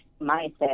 mindset